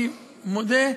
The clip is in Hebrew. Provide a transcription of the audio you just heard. אני מודה,